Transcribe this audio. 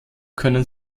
können